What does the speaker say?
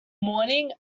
morning